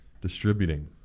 Distributing